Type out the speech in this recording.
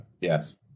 Yes